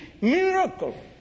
miracle